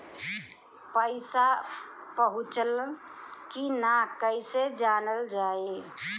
पैसा पहुचल की न कैसे जानल जाइ?